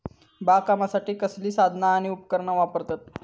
बागकामासाठी कसली साधना आणि उपकरणा वापरतत?